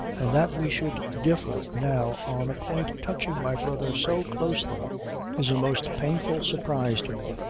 and that we should differ now on a point touching my brother so closely is a most painful surprise to me.